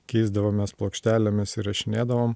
keisdavomės plokštelėmis įrašinėdavom